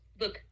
Look